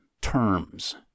terms